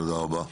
תודה רבה.